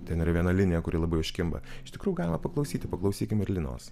ten yra viena linija kuri labai užkimba iš tikrųjų galima paklausyti paklausykim ir linos